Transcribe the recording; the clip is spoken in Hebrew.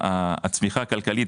הצמיחה הכלכלית,